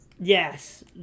Yes